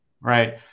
Right